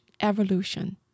evolution